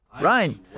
Ryan